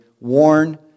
warn